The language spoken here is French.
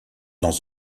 dans